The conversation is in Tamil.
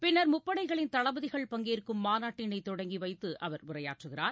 பின்னர் முப்படைகளின் தளபதிகள் பங்கேற்கும் மாநாட்டினை தொடங்கி வைத்து அவர் உரையாற்றுகிறார்